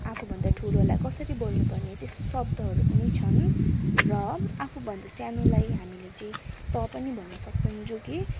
आफूभन्दा ठुलोलाई कसरी बोल्नुपर्ने त्यस्तो शब्दहरू पनि छन् र आफू भन्दा साानोलाई हामीले चाहिँ तँ पनि भन्नु सक्छ जो कि